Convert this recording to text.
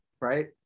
right